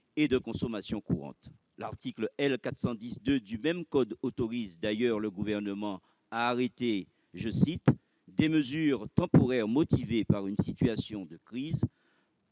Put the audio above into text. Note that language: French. et de consommation courante. L'article L. 410-2 du même code autorise d'ailleurs le Gouvernement à arrêter « des mesures temporaires motivées par une situation de crise,